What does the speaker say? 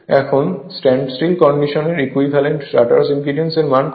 এখন stand still কন্ডিশনে equivalent rotor impedance এর মান কত হবে